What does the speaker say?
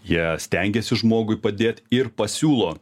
jie stengiasi žmogui padėt ir pasiūlo